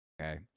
okay